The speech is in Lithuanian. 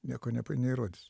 nieko nepa neįrodysi